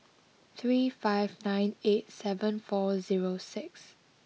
three five nine eight seven four zero six